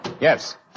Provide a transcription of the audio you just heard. Yes